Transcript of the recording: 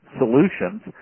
solutions